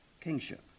kingship